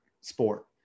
sport